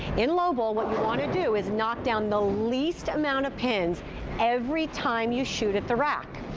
in low ball what you want to do is knock down the least amount of pins every time you shoot at the rack.